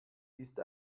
ist